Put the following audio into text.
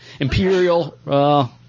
Imperial